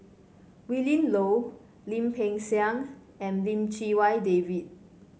Willin Low Lim Peng Siang and Lim Chee Wai David